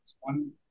one